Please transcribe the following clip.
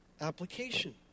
application